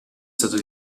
stato